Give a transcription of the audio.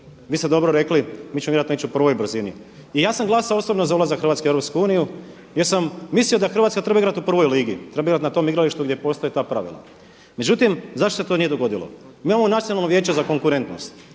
Vi ste dobro rekli mi ćemo vjerojatno ići u prvoj brzini. I ja sam glasovao osobno za ulazak Hrvatske u Europsku uniju jer sam mislio da Hrvatska treba igrati u prvoj ligi. Treba igrati na tom igralištu gdje postoje ta pravila. Međutim, zašto se to nije dogodilo? Mi imamo Nacionalno vijeće za konkurentnost.